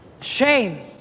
Shame